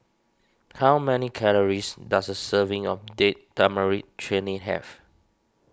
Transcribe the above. how many calories does a serving of Date Tamarind Chutney have